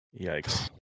Yikes